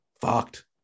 fucked